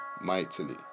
mightily